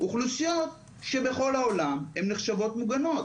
אוכלוסיות שבכל העולם הן נחשבות מוגנות.